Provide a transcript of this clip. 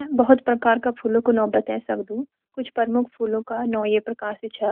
मैं बहुत प्रकार का फूलों कु नौ बतें सकदू। कुछ प्रमुख फूलों का नौ ये प्रकार सी छ: